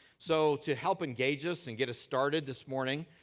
so, to help engage us and get us started this morning,